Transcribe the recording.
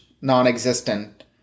non-existent